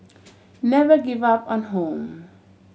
never give up on home